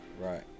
Right